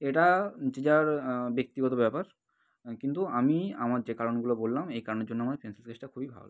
এটা যে যার ব্যক্তিগত ব্যাপার কিন্তু আমি আমার যে কারণগুলো বললাম এই কারণের জন্য আমার পেনসিল স্কেচটা খুবই ভালো লাগে